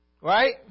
Right